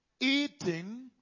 eating